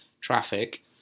traffic